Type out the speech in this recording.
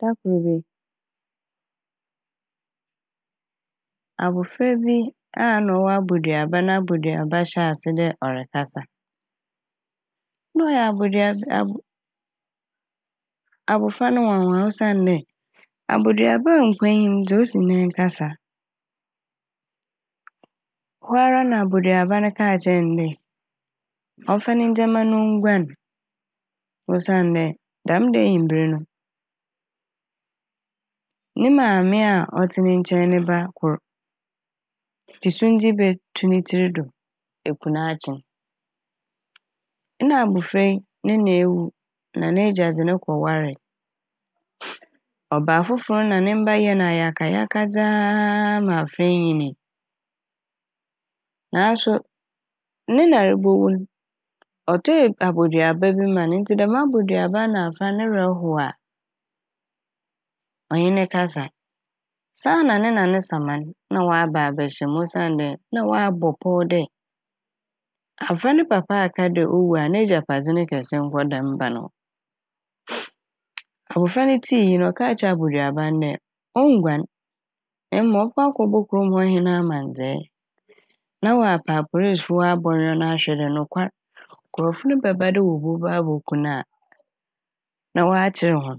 Da kor bi abofra bi a ɔwɔ aboduaba na n'aboduaba n' hyɛɛ ase dɛ ɔrekasa na ɔyɛ aboduaba - abo - abofra n' nwanwa osiandɛ aboduaba a nkwa nnyi m' dze osi dɛn kasa. Hɔ ara na aboduaba n' kaa kyerɛ ne dɛ ɔmmfa ne ndzɛma na onguan osiandɛ dɛm da n' eyimber no ne maame a ɔtse ne nkyɛn no ne ba kor dze sundze bɛto ne tsir do eku na akyen. Nna abofra yi ne na ewu na n'egya dze no kɔwaree. Ɔbaa fofor na ne mba yɛɛ ne ayakayakadze a ma afora yi nyinii naaso ne na robowu n' ɔtɔɔ e - aboduaba bi ma n' ntsi dɛm aboduaba na afora n' ne werɛ how a ɔnye ne kasa saana ne na ne saman na ɔaba abɛhyɛ m' osiandɛ na ɔabɔ pɔw dɛ afora n' ne papa aka dɛ owu a n'egyapadze ne kɛse nkɔ dɛm ba no hɔ. Abofra n' tsee iyi n' ɔkaa kyerɛɛ aboduaba no dɛ onnguan na mom ɔbɔkɔ akɔbɔ kurom hɔ hen amandzɛɛ na ɔapa apolisefo ma wɔabɔweɔn na wɔahwɛ dɛ nokwar nkorɔfo bɛba dɛ wɔba aboku no a na wɔakyeer hɔn.